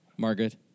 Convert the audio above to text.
Margaret